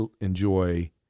enjoy